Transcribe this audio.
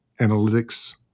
analytics